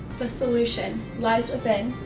the solution lies within